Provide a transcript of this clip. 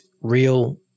real